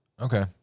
Okay